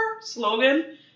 slogan